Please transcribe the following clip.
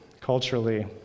culturally